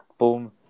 Boom